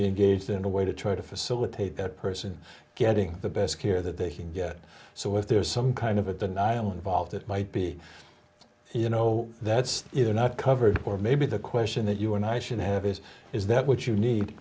be engaged in a way to try to facilitate that person getting the best care that they can get so if there is some kind of it than i am involved it might be you know that's either not covered or maybe the question that you and i should have is is that what you need